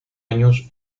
años